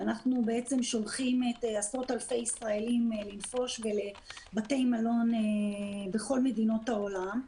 ואנחנו שולחים עשרות אלפי ישראלים לנפוש בבתי מלון בכל מדינות העולם,